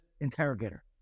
interrogator